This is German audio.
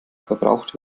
verbraucht